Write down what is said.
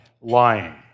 lying